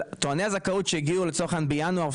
טועני הזכאות שהגיעו בינואר,